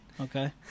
Okay